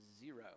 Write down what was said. zero